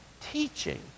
teaching